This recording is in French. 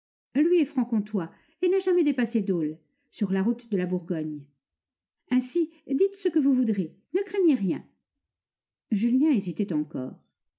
lui est franc comtois et n'a jamais dépassé dole sur la route de la bourgogne ainsi dites ce que vous voudrez ne craignez rien julien hésitait encore